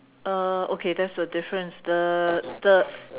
uh okay there's a difference the the